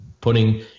putting